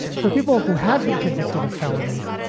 for people who have been convicted of felonies,